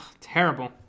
terrible